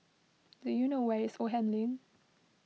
do you know where is Oldham Lane